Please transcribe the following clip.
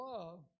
Love